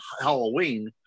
Halloween